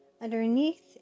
Underneath